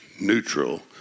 neutral